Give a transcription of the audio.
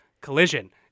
Collision